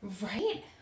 Right